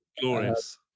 Glorious